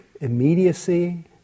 Immediacy